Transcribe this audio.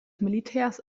militärs